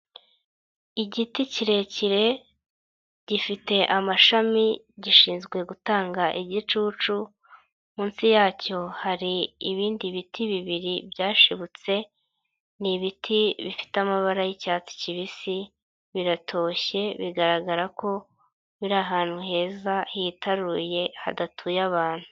Igiti kirekire gifite amashami gishinzwe gutanga igicucu, munsi yacyo hari ibindi biti bibiri byashibutse, ni ibiti bifite amabara y'icyatsi kibisi, biratoshye bigaragara ko biri ahantu heza, hitaruye hadatuye abantu.